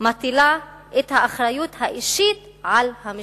מטילה את האחריות האישית על המשטרה.